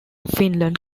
finland